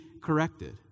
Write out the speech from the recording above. corrected